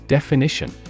Definition